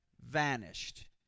vanished